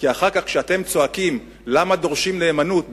כי אחר כך כשאתם צועקים למה דורשים נאמנות,